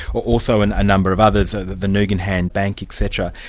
also and a number of others, ah the nugan hand bank etc.